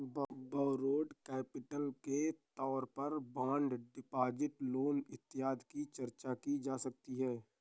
borrowed capital के तौर पर बॉन्ड डिपॉजिट लोन इत्यादि की चर्चा की जा सकती है